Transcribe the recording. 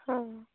ହଁ